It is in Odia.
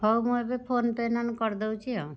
ହଉ ମୁଁ ଏବେ ଫୋନ୍ ପେ' ନହେଲେ କରିଦେଉଛି ଆଉ